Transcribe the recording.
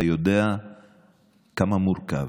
אתה יודע כמה זה מורכב.